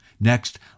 Next